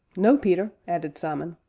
no, peter! added simon,